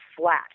flat